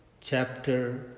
Chapter